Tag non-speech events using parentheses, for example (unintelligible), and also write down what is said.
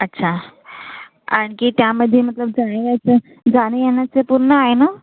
अच्छा आणखी त्यामध्ये मतलब जणं (unintelligible) जाण्यायेण्याचं पूर्ण आहे ना